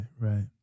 right